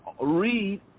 read